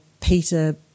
Peter